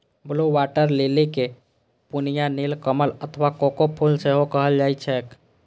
blue water lily कें पनिया नीलकमल अथवा कोका फूल सेहो कहल जाइ छैक